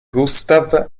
gustav